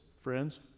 friends